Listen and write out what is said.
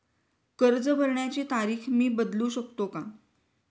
कर्ज भरण्याची तारीख मी बदलू शकतो का?